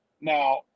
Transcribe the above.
Now